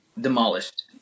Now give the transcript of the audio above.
demolished